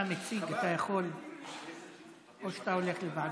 הוא בעד להעביר לוועדה,